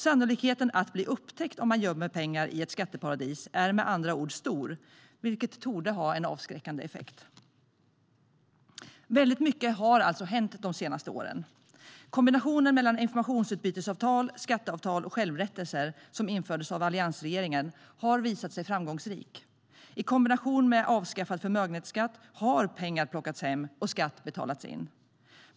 Sannolikheten att bli upptäckt om man gömmer pengar i ett skatteparadis är med andra ord stor, vilket torde ha en avskräckande effekt. Mycket har hänt de senaste åren. Kombinationen av informationsutbytesavtal, skatteavtal och självrättelser som infördes av alliansregeringen har visat sig framgångsrik. I kombination med avskaffad förmögenhetsskatt har pengar plockats hem och skatt betalats in.